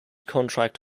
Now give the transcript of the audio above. contract